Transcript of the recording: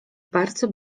bardzo